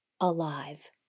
alive